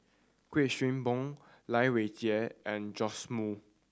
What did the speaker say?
Kuik Swee Boon Lai Weijie and Joash Moo